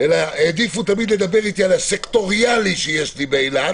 אלא העדיפו לדבר אתי על הסקטוריאלי שיש לי באילת.